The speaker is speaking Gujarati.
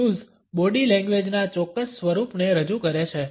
ટેટૂઝ બોડી લેંગ્વેજના ચોક્કસ સ્વરૂપને રજુ કરે છે